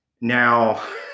Now